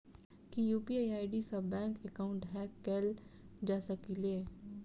की UPI ID सऽ bank account hack कैल जा सकलिये?